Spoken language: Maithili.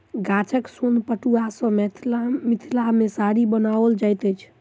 गाछक सोन पटुआ सॅ मिथिला मे साड़ी बनाओल जाइत छल